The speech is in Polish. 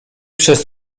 przez